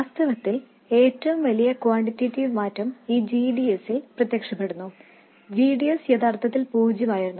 വാസ്തവത്തിൽ ഏറ്റവും വലിയ ഗുണപരമായ മാറ്റം ഈ g d s ൽ പ്രത്യക്ഷപ്പെടുന്നു gds യഥാർത്ഥത്തിൽ പൂജ്യമായിരുന്നു